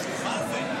מה זה?